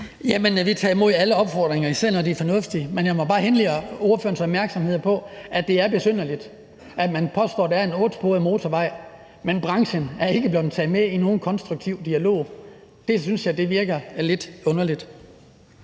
vi tager imod alle opfordringer, især når de er fornuftige, men jeg må bare henlede ordførerens opmærksomhed på, at det er besynderligt, at man påstår, at der er en ottesporet motorvej, men at branchen ikke er blevet taget med i nogen konstruktiv dialog. Det synes jeg virker lidt underligt.